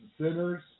sinners